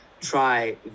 try